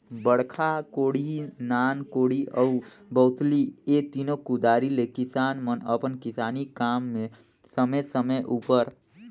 बड़खा कोड़ी, नान कोड़ी अउ बउसली ए तीनो कुदारी ले किसान मन अपन किसानी काम मे समे समे उपर